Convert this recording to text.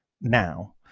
now